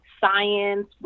science